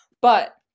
But-